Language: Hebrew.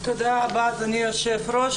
תודה רבה אדוני היו"ר.